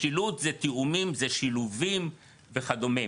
משילות זה תיאומים, זה שילובים וכדומה.